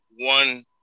one